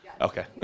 Okay